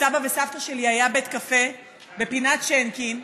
לסבא וסבתא שלי היה בית קפה בפינת שינקין.